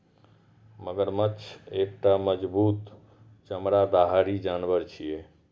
मगरमच्छ एकटा मजबूत चमड़ाधारी जानवर छियै